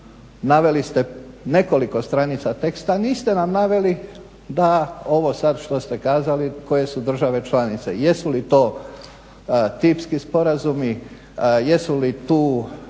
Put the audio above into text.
Naveli ste nekoliko stranica teksta a niste nam naveli da ovo sad što ste kazali koje su države članice, jesu li to tipski sporazumi, jesu li tu